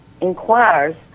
inquires